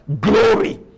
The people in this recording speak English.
glory